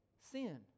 Sin